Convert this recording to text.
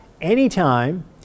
anytime